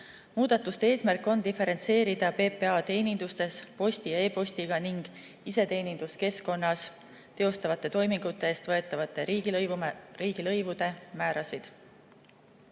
Muudatuste eesmärk on diferentseerida PPA teenindustes, posti ja e-postiga ning iseteeninduskeskkonnas teostatavate toimingute eest võetavate riigilõivude määrasid.